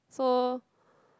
so